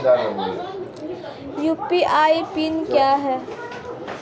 UPI PIN क्या है?